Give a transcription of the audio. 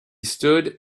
stood